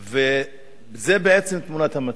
זו בעצם תמונת המצב.